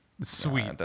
Sweet